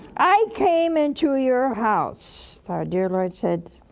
i came into your house, our dear lord said,